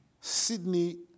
Sydney